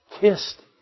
kissed